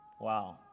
Wow